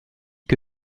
que